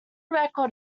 record